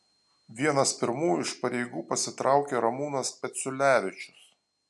vienas pirmųjų iš pareigų pasitraukė ramūnas peciulevičius